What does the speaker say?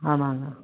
ஆமாங்க